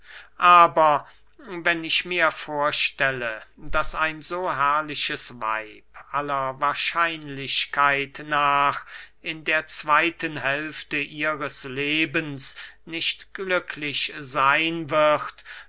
aber wenn ich mir vorstelle daß ein so herrliches weib aller wahrscheinlichkeit nach in der zweyten hälfte ihres lebens nicht glücklich seyn wird